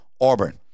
Auburn